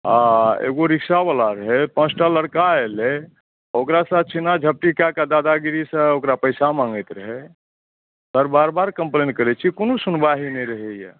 आ एगो रिक्शावला रहै पाँचटा लड़का एलै ओकरा साथ छीना झपटी कए कऽ दादागिरीसँ ओकरा पैसा माँगैत रहै सर बार बार कम्प्लेन करैत छी कोनो सुनवाहि नहि रहैए